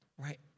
right